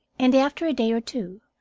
and, after a day or two,